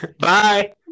Bye